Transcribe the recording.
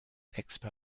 expo